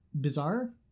bizarre